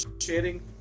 Sharing